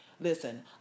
Listen